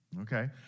Okay